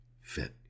fit